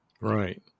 Right